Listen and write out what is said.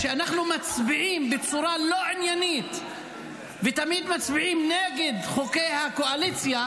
שאנחנו מצביעים בצורה לא עניינית ותמיד מצביעים נגד חוקי הקואליציה,